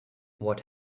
what